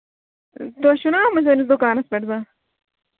تُہۍ چھِو نا آمٕتۍ سٲنِس دُکانَس پیٚٹھ زن